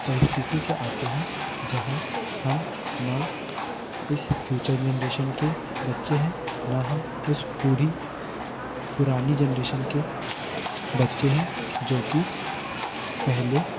परिस्थिति से आते हैं जहाँ हम ना इस फ्यूचर जेनेरेशन के बच्चे है ना हम उस बूढ़ी पुरानी जेनेरेशन के बच्चे हैं जोकि पहले